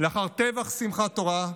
לאחר טבח שמחת תורה,